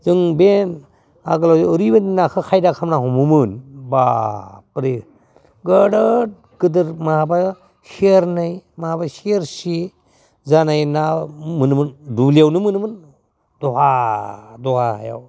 जों बे आगोलाव ओरैबायदि नाखो खायदा खालामना हमोमोन बा बारे गोदोर गोदोर माबा सेरनै माबा सेरसे जानाय ना मोनोमोन दुब्लियावनो मोनोमोन दहा दहा हायाव